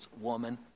woman